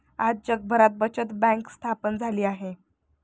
आज जगभरात बचत बँक स्थापन झाली आहे